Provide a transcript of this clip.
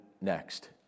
next